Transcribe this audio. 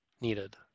needed